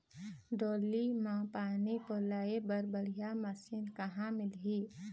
डोली म पानी पलोए बर बढ़िया मशीन कहां मिलही?